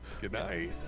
Goodnight